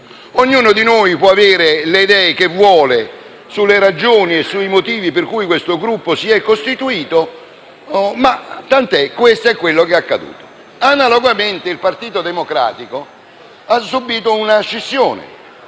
Ognuno di noi può avere le idee che vuole sulle ragioni o i motivi per cui questo Gruppo si è costituito, ma questo è quanto è accaduto. Analogamente, il Partito Democratico ha subito una scissione,